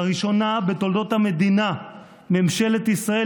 לראשונה בתולדות המדינה ממשלת ישראל